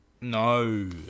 No